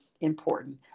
important